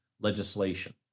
legislation